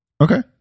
Okay